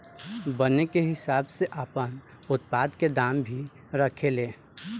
बने के हिसाब से आपन उत्पाद के दाम भी रखे ले